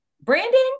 brandon